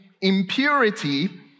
impurity